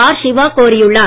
R Siva கோரியுள்ளார்